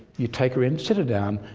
you take her in, sit her down,